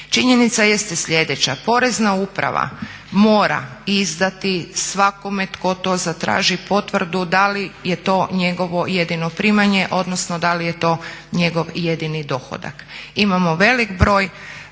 Činjenica jeste sljedeća, Porezna uprava mora izdati svakome tko to zatraži potvrdu da li je to njegovo jedino primanje odnosno da li je to njegov jedini dohodak. Imamo velik broj